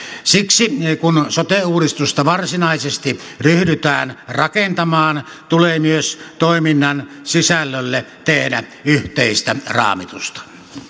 siksi kun sote uudistusta varsinaisesti ryhdytään rakentamaan tulee myös toiminnan sisällölle tehdä yhteistä raamitusta